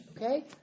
okay